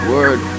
word